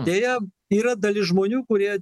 deja yra dalis žmonių kurie